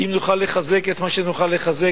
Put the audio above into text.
אם נוכל לחזק את מה שנוכל לחזק,